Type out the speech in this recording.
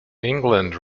england